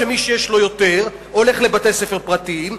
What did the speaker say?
מי שיש לו יותר הולך לבתי-ספר פרטיים,